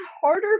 harder